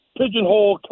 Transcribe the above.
pigeonhole